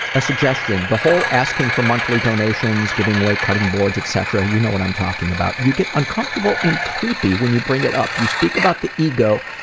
a suggestion. the whole asking for monthly donations, giving away cutting boards, etc. you know what i'm talking about. you get uncomfortable and creepy when you bring it up. you speak about the ego,